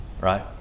right